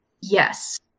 Yes